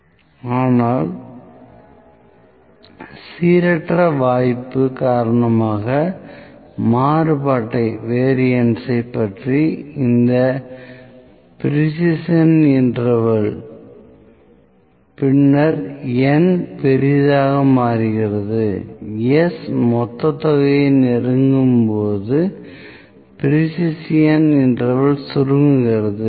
7 18947 ≤ 2 ≤133333 at 95 ஆனால் சீரற்ற வாய்ப்பு காரணமாக மாறுபாட்டைப் பற்றிய இந்த ப்ரேஸிஸன் இன்டெர்வல் பின்னர் N பெரியதாக மாறுகிறது S மொத்த தொகையை நெருங்கும்போது ப்ரேஸிஸன் இன்டெர்வல் சுருங்குகிறது